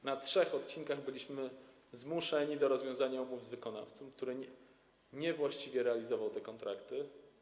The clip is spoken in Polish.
W przypadku trzech odcinków byliśmy zmuszeni do rozwiązania umów z wykonawcą, który niewłaściwie realizował te kontrakty.